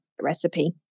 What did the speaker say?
recipe